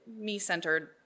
me-centered